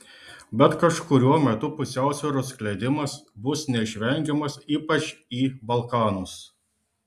bet kažkuriuo metu pusiausvyros skleidimas bus neišvengiamas ypač į balkanus